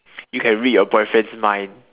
you can read your boyfriend's mind